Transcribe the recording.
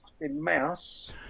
mouse